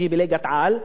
שהיא בליגת-העל,